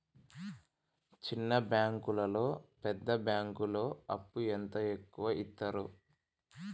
చిన్న బ్యాంకులలో పెద్ద బ్యాంకులో అప్పు ఎంత ఎక్కువ యిత్తరు?